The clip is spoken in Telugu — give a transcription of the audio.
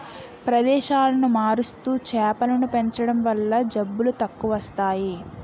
ప్రదేశాలను మారుస్తూ చేపలను పెంచడం వల్ల జబ్బులు తక్కువస్తాయి